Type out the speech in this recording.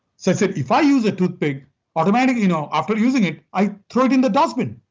so, i said, if i use a toothpick. automatically you know after using it, i throw it in the dustbin.